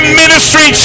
ministry